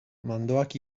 mandoak